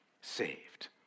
saved